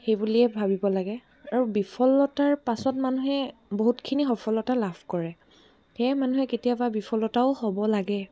সেই বুলিয়ে ভাবিব লাগে আৰু বিফলতাৰ পাছত মানুহে বহুতখিনি সফলতা লাভ কৰে সেয়ে মানুহে কেতিয়াবা বিফলতাও হ'ব লাগে